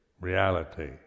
reality